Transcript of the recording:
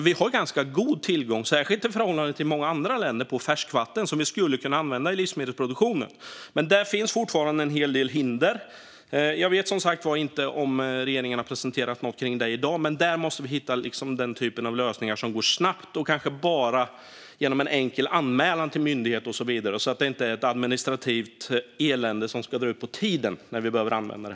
Vi har ganska god tillgång på färskvatten som vi skulle kunna använda i livsmedelsproduktionen, särskilt i förhållande till andra länder, men det finns fortfarande en hel del hinder för att använda det. Jag vet som sagt inte om regeringen har presenterat något kring det i dag, men där måste vi hitta lösningar som gör att det går snabbt. Det kanske bara ska behövas en enkel anmälan till en myndighet, så att det inte blir ett administrativt elände som drar ut på tiden när vattnet behöver användas.